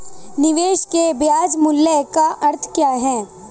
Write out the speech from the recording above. निवेश के ब्याज मूल्य का अर्थ क्या है?